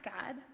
God